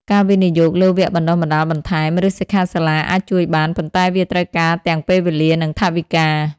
ការវិនិយោគលើវគ្គបណ្តុះបណ្តាលបន្ថែម ឬសិក្ខាសាលាអាចជួយបាន ប៉ុន្តែវាត្រូវការទាំងពេលវេលា និងថវិកា។